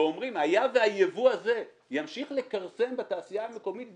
ואומרים: היה והיבוא הזה ימשיך לכרסם בתעשייה המקומית,